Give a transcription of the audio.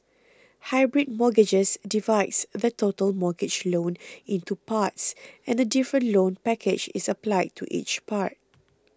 hybrid mortgages divides the total mortgage loan into parts and a different loan package is applied to each part